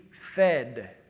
fed